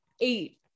eight